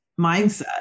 mindset